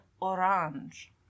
Orange